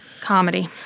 comedy